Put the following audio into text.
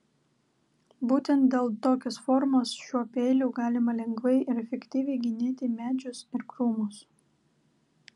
būtent dėl tokios formos šiuo peiliu galima lengvai ir efektyviai genėti medžius ir krūmus